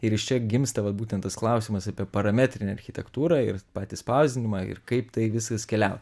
ir iš čia gimsta vat būtent tas klausimas apie parametrinę architektūrą ir patį spausdinimą ir kaip tai viskas keliauja